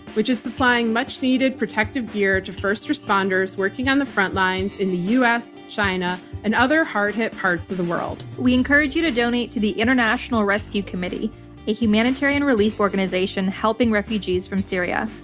which is supplying much needed protective gear to first responders working on the front lines in the us, china, and other hard hit parts of the world. we encourage you to donate to the international rescue committee a humanitarian relief organization helping refugees from syria.